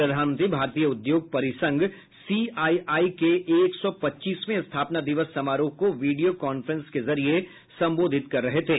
प्रधानमंत्री भारतीय उद्योग परिसंघ सीआईआई के एक सौ पच्चीसवें स्थापना दिवस समारोह को वीडियो कांफ्रेंस के जरिये संबोधित कर रहे थे